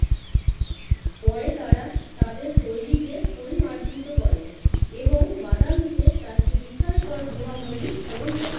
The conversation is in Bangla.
পরে তারা তাদের শৈলীকে পরিমার্জিত করে এবং বাদামিতে চারটি বিস্ময়কর গুহা মন্দির খনন করে